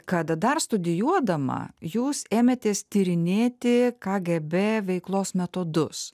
kada dar studijuodama jūs ėmėtės tyrinėti kgb veiklos metodus